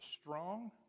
strong